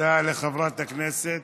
תודה לחברת הכנסת